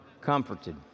comforted